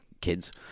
kids